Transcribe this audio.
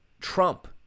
Trump